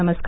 नमस्कार